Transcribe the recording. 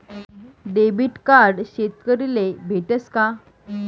Debit card शेतकरीले भेटस का?